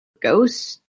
ghost